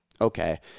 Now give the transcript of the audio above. Okay